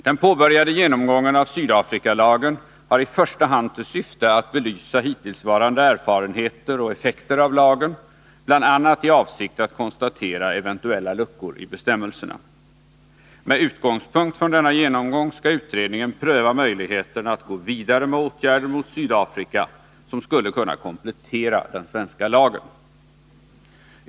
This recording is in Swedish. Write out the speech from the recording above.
Den påbörjade genomgången av Sydafrikalagen har i första hand till syfte att belysa hittillsvarande erfarenheter och effekter av lagen bl.a. i avsikt att konstatera eventuella luckor i bestämmelserna. Med utgångspunkt från denna genomgång skall utredningen pröva möjligheterna att gå vidare med åtgärder mot Sydafrika som skulle kunna komplettera den svenska lagen.